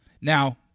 Now